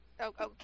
Okay